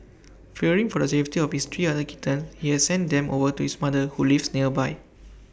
fearing for the safety of his three other kittens he has sent them over to his mother who lives nearby